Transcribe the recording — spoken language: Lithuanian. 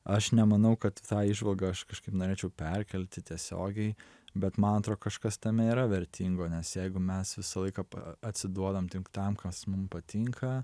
aš nemanau kad tą įžvalgą aš kažkaip norėčiau perkelti tiesiogiai bet man atrodo kažkas tame yra vertingo nes jeigu mes visą laiką pa atsiduodam tik tam kas mum patinka